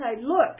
look